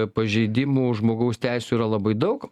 pažeidimų žmogaus teisių yra labai daug